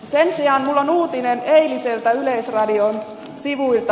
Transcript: sen sijaan minulla on uutinen eiliseltä yleisradion sivuilta